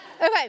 Okay